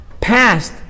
past